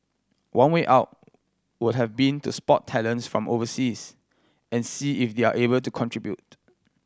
one way out would have been to spot talents from overseas and see if they're able to contribute